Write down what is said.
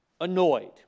annoyed